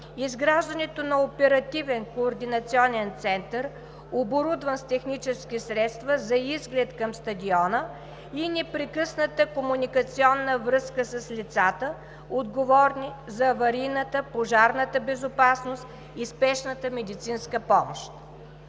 изграждането на оперативен координационен център, оборудван с технически средства за изглед към стадиона и непрекъсната комуникационна връзка с лицата, отговорни за аварийната, пожарната безопасност и спешната медицинска помощ.